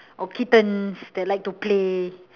or kittens that like to play